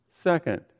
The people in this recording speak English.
Second